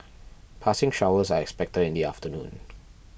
passing showers are expected in the afternoon